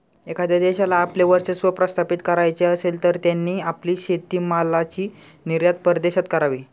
एखाद्या देशाला आपले वर्चस्व प्रस्थापित करायचे असेल, तर त्यांनी आपली शेतीमालाची निर्यात परदेशात करावी